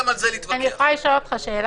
אנחנו נכנסים לתוך איזושהי שגרת קורונה.